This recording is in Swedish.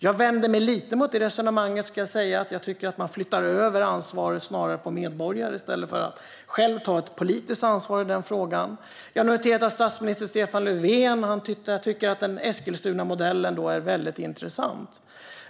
Jag vänder mig lite emot det resonemanget, ska jag säga. Jag tycker att man flyttar över ansvaret på medborgarna i stället för att själv ta politiskt ansvar i den frågan. Jag har noterat att statsminister Stefan Löfven tycker att Eskilstunamodellen är väldigt intressant.